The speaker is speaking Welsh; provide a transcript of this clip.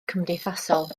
cymdeithasol